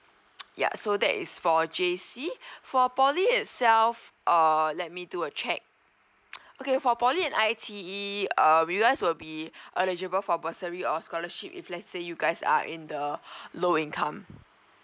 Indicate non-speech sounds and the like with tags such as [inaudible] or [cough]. [noise] ya so that is for J_C for poly itself err let me do a check [noise] okay for poly and I_T_E err you guys will be eligible for bursary or scholarship if let's say you guys are in the low income